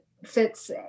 fits